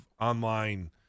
online